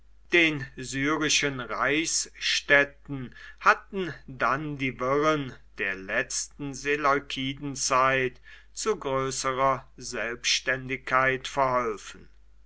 den syrischen reichsstädten hatten dann die wirren der letzten seleukidenzeit zu größerer selbständigkeit verholfen